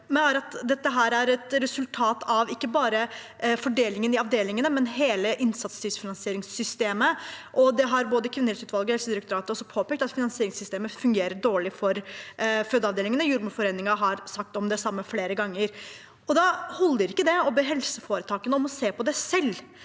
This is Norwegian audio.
det er et resultat av ikke bare fordelingen i avdelingene, men hele systemet med inn satsstyrt finansiering. Både kvinnehelseutvalget og Helsedirektoratet har påpekt at finansieringssystemet fungerer dårlig for fødeavdelingene. Jordmorforeningen har sagt det samme flere ganger. Da holder det ikke å be helseforetakene om å se på det selv,